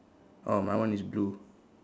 oh my one is blue